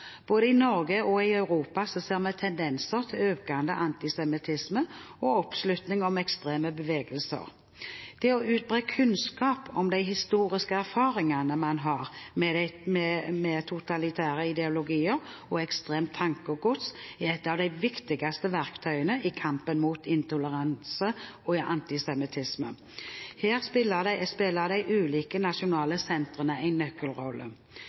Både i Norge og i Europa ser vi tendenser til økende antisemittisme og oppslutning om ekstreme bevegelser. Det å utbre kunnskap om de historiske erfaringene man har med totalitære ideologier og ekstremt tankegods, er et av de viktigste verktøyene vi har i kampen mot intoleranse og antisemittisme. Her spiller de ulike nasjonale sentrene en nøkkelrolle.